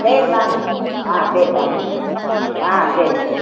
சரி வாங்க ஆ சரி வாங்க ஆ சரி சரி